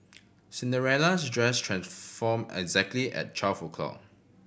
Cinderella's dress transformed exactly at twelve o' clock